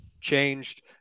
changed